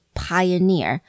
pioneer